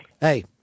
Hey